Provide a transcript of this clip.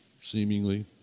seemingly